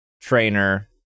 trainer